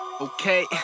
Okay